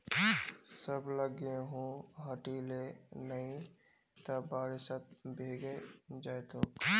सबला गेहूं हटई ले नइ त बारिशत भीगे जई तोक